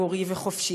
ציבורי וחופשי.